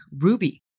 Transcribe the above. Ruby